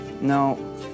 No